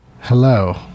Hello